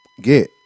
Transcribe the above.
get